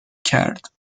کرد